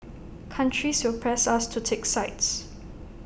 countries will press us to take sides